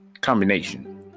combination